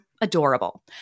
adorable